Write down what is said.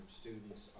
students